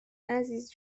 عزیز